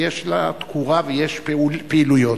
ויש לה תקורה ויש פעילויות.